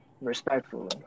respectfully